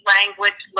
Language